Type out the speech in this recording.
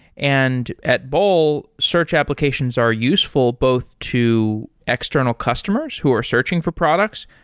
and at bol, search applications are useful both to external customers who are searching for products,